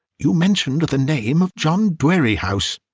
you mentioned the name of john dwerrihouse.